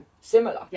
similar